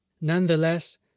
Nonetheless